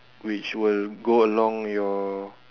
which will go along your